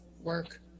work